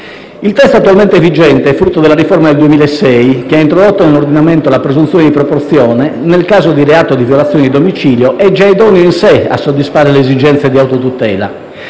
Il testo attualmente vigente, frutto della riforma del 2006, che ha introdotto nell'ordinamento la «presunzione di proporzione» nel caso di reato di violazione di domicilio, è già di per sé idoneo a soddisfare le esigenze di autotutela.